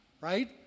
right